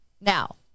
Now